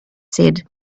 said